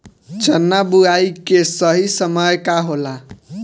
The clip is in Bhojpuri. चना बुआई के सही समय का होला?